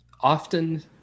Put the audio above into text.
Often